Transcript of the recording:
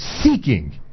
seeking